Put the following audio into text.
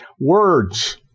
words